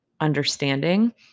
Understanding